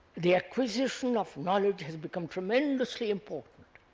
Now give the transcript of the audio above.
the acquisition of knowledge has become tremendously important